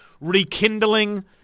rekindling